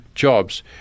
jobs